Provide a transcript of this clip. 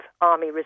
army